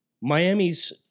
Miami's